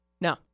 No